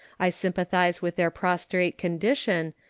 i sympathize with their prostrate condition,